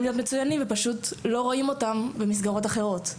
להיות מצויינים ופשוט לא רואים אותם במסגרות אחרות.